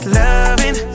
loving